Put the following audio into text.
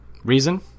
Reason